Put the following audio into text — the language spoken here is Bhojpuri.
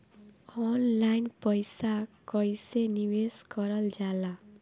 ऑनलाइन पईसा कईसे निवेश करल जाला?